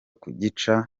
kugica